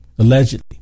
Allegedly